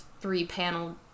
three-panel